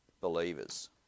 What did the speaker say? believers